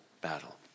battle